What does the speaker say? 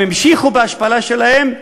הם המשיכו בהשפלה שלהם,